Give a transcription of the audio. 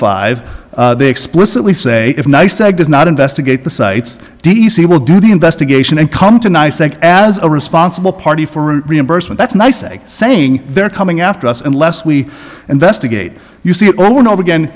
five they explicitly say if nice it does not investigate the sites d c will do the investigation and come tonight as a responsible party for reimbursement that's nice a saying they're coming after us unless we investigate you see it over and over again